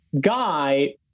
guy